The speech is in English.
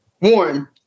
One